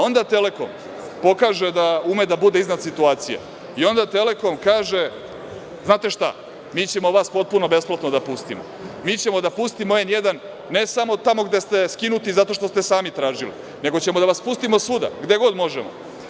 Onda „Telekom“ pokaže da ume da bude iznad situacije i onda „Telekom“ kaže - znate šta, mi ćemo vas potpuno besplatno da pustimo, mi ćemo da pustimo „N1“, ne samo tamo gde ste skinuti zato što ste sami tražili, nego ćemo da vas pustimo svuda gde god možemo.